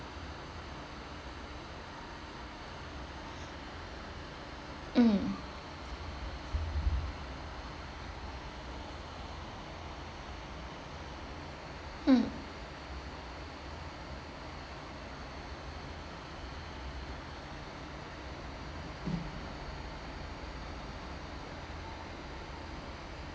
mm mm